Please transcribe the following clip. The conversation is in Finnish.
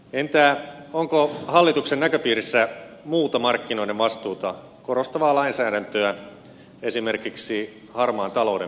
entä onko hallituksen näköpiirissä muuta markkinoiden vastuuta korostavaa lainsäädäntöä esimerkiksi harmaan talouden piirissä